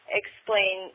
explain